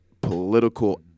political